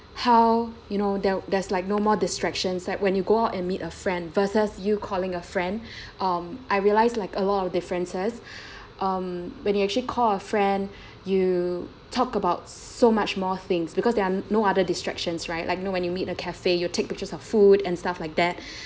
how you know there there's like no more distractions like when you go out and meet a friend versus you calling a friend um I realized like a lot of differences um when you actually call a friend you talked about so much more things because there are no other distractions right like you know when you meet at a cafe you'll take pictures of food and stuff like that